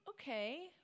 okay